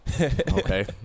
Okay